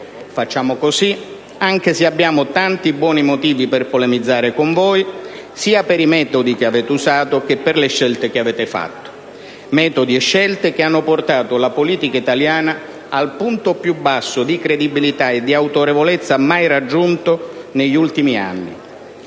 Facciamo così, anche se abbiamo tanti buoni motivi per polemizzare con voi, sia per i metodi che avete usato che per le scelte che avete fatto. Metodi e scelte che hanno portato la politica italiana al punto più basso di credibilità e di autorevolezza mai raggiunto negli ultimi anni.